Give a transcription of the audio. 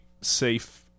safe